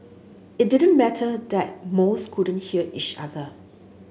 it didn't matter that most couldn't hear each other